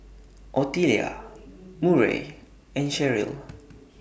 Ottilia Murray and Sharyl